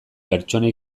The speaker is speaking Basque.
pertsona